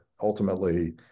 ultimately